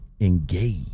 engage